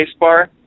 spacebar